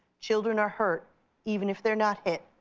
children are hurt even if they're not hit.